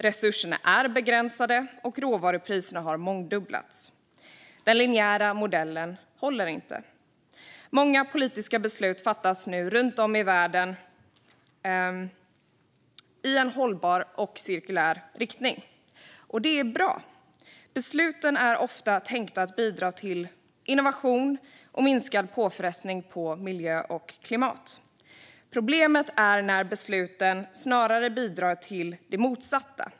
Resurserna är begränsade och råvarupriserna har mångdubblats. Den linjära modellen håller inte. Många politiska beslut i en hållbar och cirkulär riktning fattas nu runt om i världen. Det är bra. Besluten är ofta tänkta att bidra till innovation och minskad påfrestning på miljö och klimat. Problemet uppstår när besluten snarare bidrar till det motsatta.